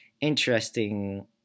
interesting